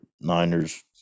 Niners